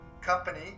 company